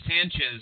Sanchez